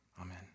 amen